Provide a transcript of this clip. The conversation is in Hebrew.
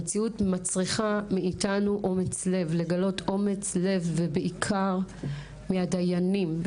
המציאות מצריכה מאיתנו לגלות אומץ לב ובעיקר מהדיינים,